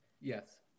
Yes